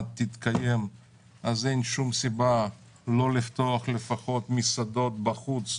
תתקיים אז אין שום סיבה לא לפתוח לפחות מסעדות בחוץ.